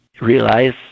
realize